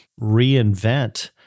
reinvent